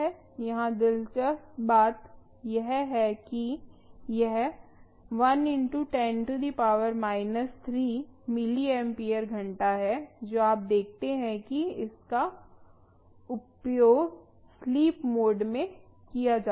यहाँ दिलचस्प बात यह है कि यह 1 × 10−3 मिलिम्पियर घंटा है जो आप देखते हैं कि इसका उपयोग स्लीप मोड में किया जाता है